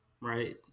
Right